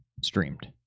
streamed